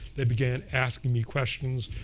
they began asking me questions.